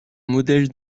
modèle